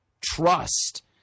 trust